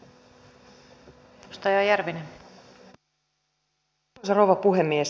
arvoisa rouva puhemies